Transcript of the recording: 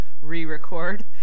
re-record